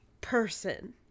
person